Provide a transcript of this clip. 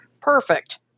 perfect